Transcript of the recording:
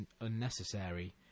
unnecessary